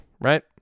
right